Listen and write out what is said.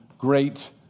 Great